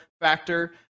Factor